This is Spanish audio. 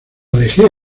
dejé